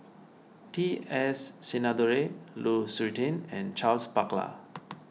T S Sinnathuray Lu Suitin and Charles Paglar